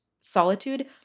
solitude